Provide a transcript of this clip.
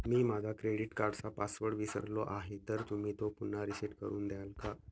मी माझा क्रेडिट कार्डचा पासवर्ड विसरलो आहे तर तुम्ही तो पुन्हा रीसेट करून द्याल का?